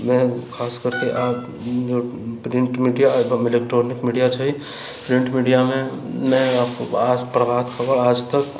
मे खास करिके प्रिंट मीडिआ इलेक्ट्रॉनिक मीडिआ छै प्रिंट मीडिआमे नहि प्रभात खबर आज तक